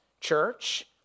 church